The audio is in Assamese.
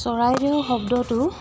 চৰাইদেউ শব্দটো